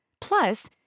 Plus